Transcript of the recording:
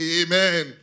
Amen